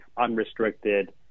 unrestricted